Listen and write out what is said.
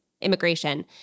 immigration